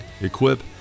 equip